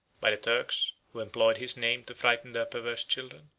by the turks, who employed his name to frighten their perverse children,